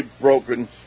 broken